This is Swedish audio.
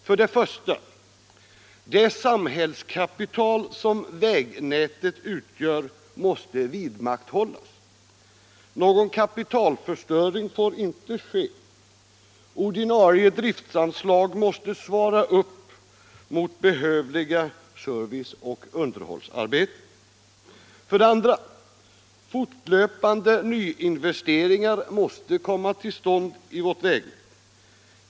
För det första: det samhällskapital som vägnätet utgör måste vidmakthållas. Någon kapitalförstöring får inte ske. Ordinarie driftanslag måste täcka behövliga serviceoch underhållsarbeten. För det andra: fortlöpande nyinvesteringar måste komma till stånd i vårt vägnät.